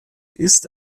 ist